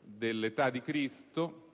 dell'età di Cristo,